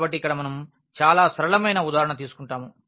కాబట్టి ఇక్కడ మనం చాలా సరళమైన ఉదాహరణ తీసుకుంటాము